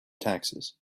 taxes